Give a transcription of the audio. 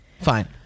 Fine